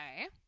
Okay